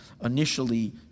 initially